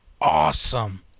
awesome